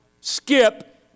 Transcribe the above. Skip